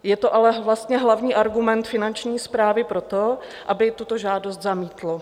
Je to ale vlastně hlavní argument Finanční správy pro to, aby tuto žádost zamítl.